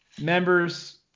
members